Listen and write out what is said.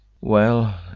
Well